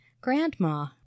Grandma